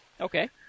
Okay